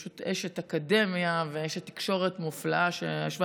היא פשוט אשת אקדמיה ואשת תקשורת מופלאה שישבה